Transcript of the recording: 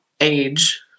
age